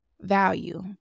value